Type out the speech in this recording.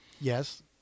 Yes